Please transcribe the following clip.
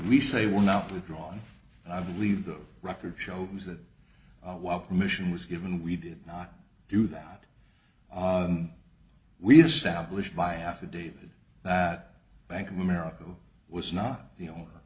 were not withdrawn i believe the record shows that while commission was given we did not do that we established by affidavit that bank of america was not the owner